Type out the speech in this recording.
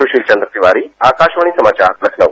सुशील चंद्र तिवारी आकाशवाणी समाचार लखनऊ